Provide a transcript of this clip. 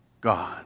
God